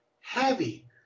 heavy